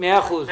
מאה אחוז.